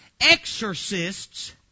exorcists